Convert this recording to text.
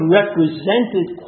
represented